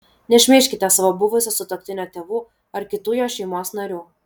nešmeižkite savo buvusio sutuoktinio tėvų ar kitų jo šeimos narių